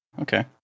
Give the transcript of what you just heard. Okay